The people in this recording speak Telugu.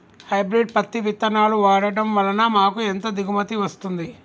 హైబ్రిడ్ పత్తి విత్తనాలు వాడడం వలన మాకు ఎంత దిగుమతి వస్తుంది?